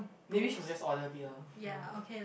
maybe she will just order beer you know